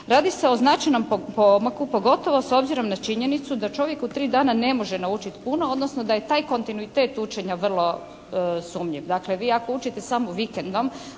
Radi se o značajnom pomaku, pogotovo s obzirom na činjenicu da čovjek u 3 dana ne može naučiti puno, odnosno da je taj kontinuitet učenja vrlo sumnjiv. Dakle, vi ako učite samo vikendom